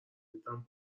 دیدم